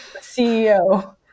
CEO